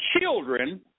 children